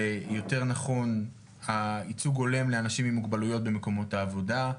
ויותר נכון ייצוג הולם לאנשים עם מוגבלויות במקומות העבודה.